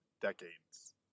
decades